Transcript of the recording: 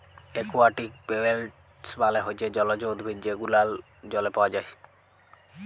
aquatic plants মালে হচ্যে জলজ উদ্ভিদ যে গুলান জলে পাওয়া যায়